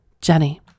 Jenny